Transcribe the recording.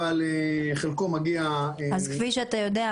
אבל חלקו מגיע --- אז כפי שאתה יודע,